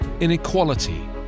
inequality